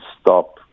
stop